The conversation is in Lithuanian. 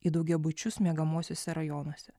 į daugiabučius miegamuosiuose rajonuose